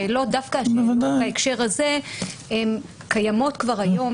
דווקא השאלות בהקשר הזה קיימות כבר היום,